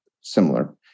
similar